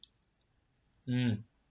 mm